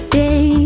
day